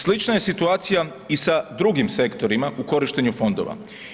Slična je situacija i sa drugim sektorima u korištenju fondova.